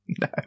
no